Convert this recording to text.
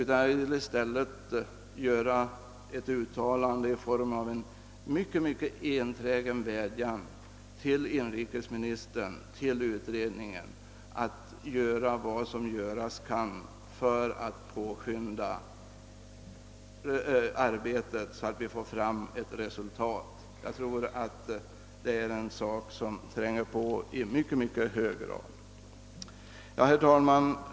Jag vill i stället mycket enträget vädja till inrikesministern och utredningen att göra vad som göras kan för att påskynda arbetet, så att vi får fram ett resultat. Detta är nämligen en sak som tränger hårt på.